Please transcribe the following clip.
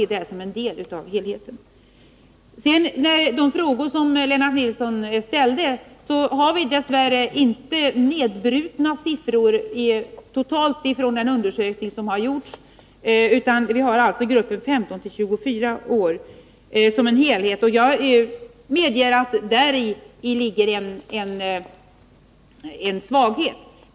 När det gäller de frågor som Lennart Nilsson ställde vill jag säga att vi dess värre inte har några nedbrutna siffror i den undersökning som gjorts, utan vi har gruppen 15-24 år som en helhet. Jag medger att det däri ligger en svaghet.